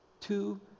Two